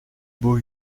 beau